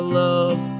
love